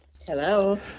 Hello